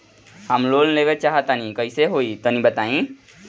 हम लोन लेवल चाह तनि कइसे होई तानि बताईं?